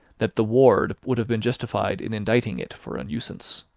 that the ward would have been justified in indicting it for a nuisance.